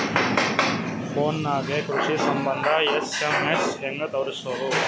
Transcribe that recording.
Phone ನಾಗೆ ಕೃಷಿ ಸಂಬಂಧ ಎಸ್.ಎಮ್.ಎಸ್ ಹೆಂಗ ತರಸೊದ?